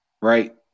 right